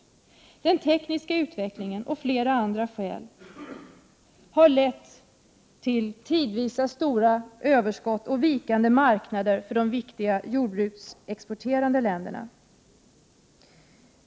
Bl.a. den tekniska utvecklingen har resulterat i tidvis stora överskott och vikande marknader för de viktiga jordbruksexportländerna.